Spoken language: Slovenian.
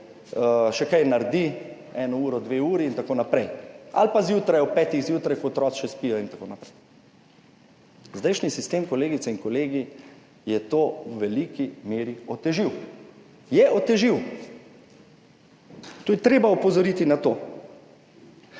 še kaj naredi, eno uro, dve uri itn. ali pa zjutraj ob petih zjutraj, ko otroci še spijo itn. Zdajšnji sistem, kolegice in kolegi, je to v veliki meri otežil. Je otežil. Tu je treba opozoriti na to.